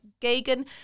Gagan